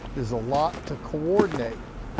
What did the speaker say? there's a lot to coordinate.